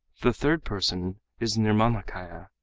the third person is the nirmanakaya.